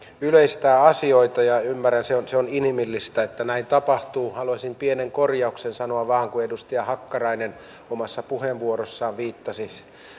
yleistää asioita ja ymmärrän sen se on inhimillistä että näin tapahtuu haluaisin vaan pienen korjauksen sanoa kun edustaja hakkarainen omassa puheenvuorossaan viittasi